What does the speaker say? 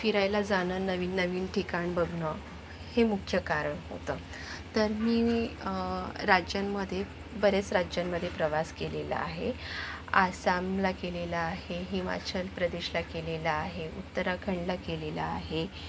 फिरायला जाणं नवीन नवीन ठिकाण बघणं हे मुख्य कारण होतं तर मी राज्यांमध्ये बरेच राज्यांमध्ये प्रवास केलेला आहे आसामला केलेला आहे हिमाचल प्रदेशला केलेला आहे उत्तराखंडला केलेला आहे